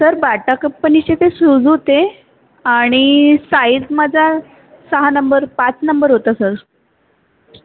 sir Bata कंपनीचे ते shoes होते आणि साईज माझा सहा नंबर पाच नंबर होता सर